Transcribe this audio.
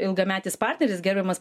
ilgametis partneris gerbiamas